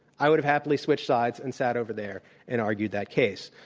iwould have happily switched sides and sat over there and argued that case.